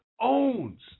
owns